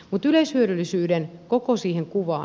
mutta yleishyödyllisyyden koko siihen kuvaan